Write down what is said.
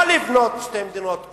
לא לבנות שתי מדינות,